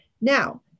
Now